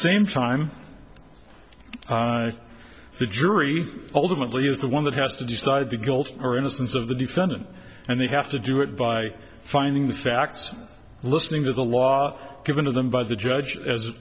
same time the jury ultimately is the one that has to decide the guilt or innocence of the defendant and they have to do it by finding the facts listening to the law given to them by the judge as